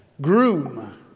groom